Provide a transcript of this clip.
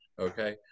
Okay